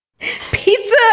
pizza